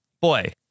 boy